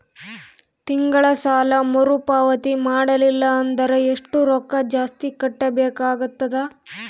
ತಿಂಗಳ ಸಾಲಾ ಮರು ಪಾವತಿ ಮಾಡಲಿಲ್ಲ ಅಂದರ ಎಷ್ಟ ರೊಕ್ಕ ಜಾಸ್ತಿ ಕಟ್ಟಬೇಕಾಗತದ?